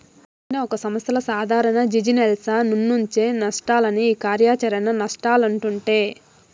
ఏదైనా ఒక సంస్థల సాదారణ జిజినెస్ల నుంచొచ్చే నష్టాలనే ఈ కార్యాచరణ నష్టాలంటుండె